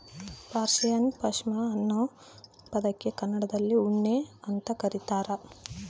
Persian ಪಾಷ್ಮಾ ಅನ್ನೋ ಪದಕ್ಕೆ ಕನ್ನಡದಲ್ಲಿ ಉಣ್ಣೆ ಅಂತ ಕರೀತಾರ